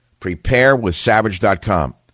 preparewithsavage.com